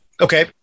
Okay